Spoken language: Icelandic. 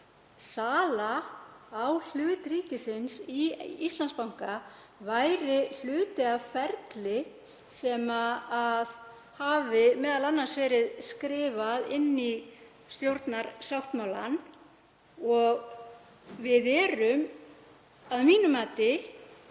sala á hlut ríkisins í Íslandsbanka væri hluti af ferli sem hefði m.a. verið skrifað inn í stjórnarsáttmálann og við erum að mínu mati